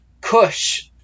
Kush